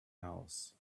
house